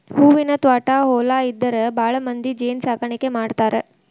ಹೂವಿನ ತ್ವಾಟಾ ಹೊಲಾ ಇದ್ದಾರ ಭಾಳಮಂದಿ ಜೇನ ಸಾಕಾಣಿಕೆ ಮಾಡ್ತಾರ